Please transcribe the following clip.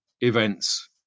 events